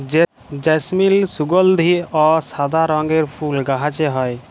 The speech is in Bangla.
জেসমিল সুগলধি অ সাদা রঙের ফুল গাহাছে হয়